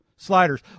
Sliders